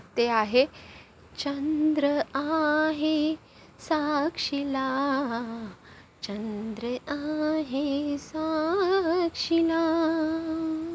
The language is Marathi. ते आहे चंद्र आहे साक्षीला चंद्र आहे साक्षीला